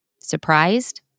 Surprised